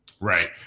Right